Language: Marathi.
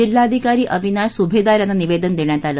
जिल्हाधिकारी अविनाश सुभेदार यांना निवेदन देण्यात आले